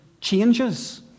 changes